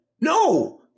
no